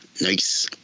Nice